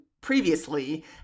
previously